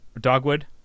Dogwood